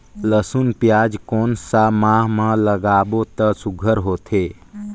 लसुन पियाज कोन सा माह म लागाबो त सुघ्घर होथे?